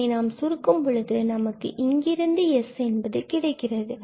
இதனை நாம் சுருக்கும் பொழுது நமக்கு இங்கிருந்து S என்பது கிடைக்கிறது